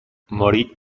morì